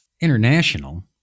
International